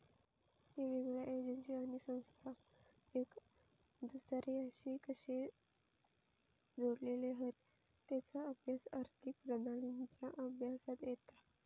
येगयेगळ्या एजेंसी आणि संस्था एक दुसर्याशी कशे जोडलेले हत तेचा अभ्यास आर्थिक प्रणालींच्या अभ्यासात येता